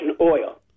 oil